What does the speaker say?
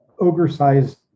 ogre-sized